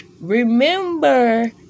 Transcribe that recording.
remember